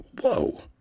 whoa